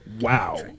wow